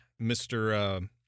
Mr